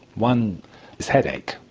one is headaches.